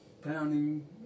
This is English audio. pounding